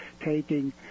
taking